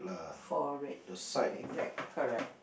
four red to be exact correct